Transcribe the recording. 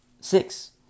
Six